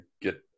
get